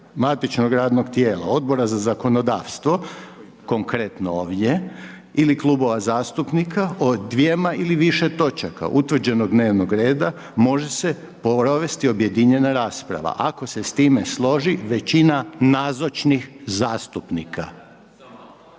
matičnog radnog tijela Odbora za zakonodavstvo, konkretno ovdje ili klubova zastupnika, o dvjema ili više točaka utvrđenog dnevnog reda, može se provesti objedinjena rasprava ako se s time složi većina nazočnih zastupnika.“